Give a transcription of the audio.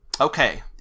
Okay